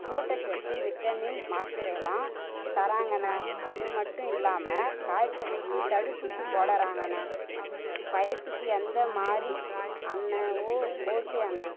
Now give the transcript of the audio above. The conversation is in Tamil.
ஊட்டச்சத்து விட்டமின் மாத்திரைலாம் தராங்கண்ணன் அது மட்டும் இல்லாமல் காய்ச்சலுக்கு தடுப்பூசி போட்டுறாங்கண்ண வயசுக்கு எந்த மாதிரி என்னவோ ஓகே அண்ணன்